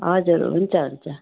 हजुर हुन्छ हुन्छ